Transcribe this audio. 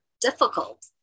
difficult